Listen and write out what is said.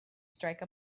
strike